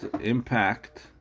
Impact